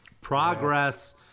Progress